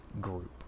group